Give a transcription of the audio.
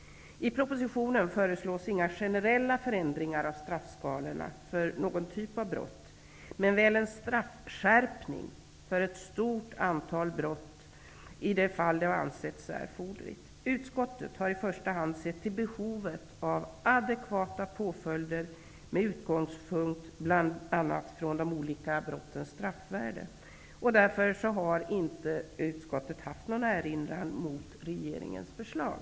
I propositionen föreslås inga generella förändringar av straffskalorna för någon typ av brott men väl en straffskärpning för ett stort antal brott i de fall det ansetts erforderligt. Utskottet har i första hand sett till behovet av adekvata påföljder med utgångspunkt i bl.a. de olika brottens straffvärde, och utskottet har därför inte haft någon erinran mot regeringens förslag.